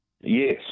Yes